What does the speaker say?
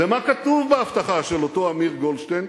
ומה כתוב בהבטחה של אותו אמיר גולדשטיין?